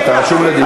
אתה רשום לדיבור.